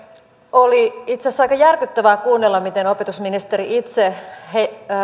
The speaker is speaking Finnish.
oli itse asiassa aika järkyttävää kuunnella miten opetusministeri itse